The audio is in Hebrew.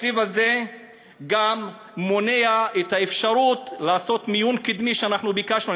התקציב הזה גם מונע את האפשרות לעשות חדר מיון קדמי שאנחנו ביקשנו.